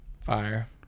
Fire